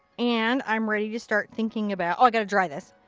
and i am ready to start thinking about oh, i gotta dry this.